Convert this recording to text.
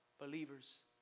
believers